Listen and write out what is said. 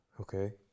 Okay